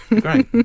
Great